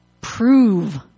prove